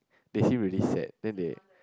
they seem really sad then they